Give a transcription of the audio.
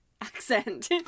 accent